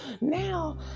now